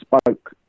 spoke